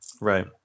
Right